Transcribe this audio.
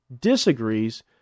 disagrees